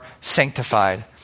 sanctified